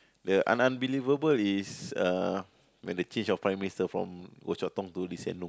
the un~ unbelievable is uh when the change of Prime-Minister from Goh-Chok-Tong to Lee-Hsien-Loong